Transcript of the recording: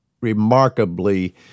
remarkably